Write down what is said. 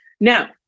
now